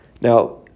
Now